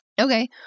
Okay